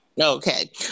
Okay